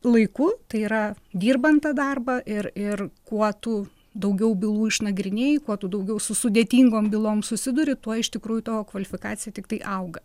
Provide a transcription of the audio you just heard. laiku tai yra dirbant tą darbą ir ir kuo tu daugiau bylų išnagrinėji kuo tu daugiau su sudėtingom bylom susiduri tuo iš tikrųjų tavo kvalifikacija tiktai auga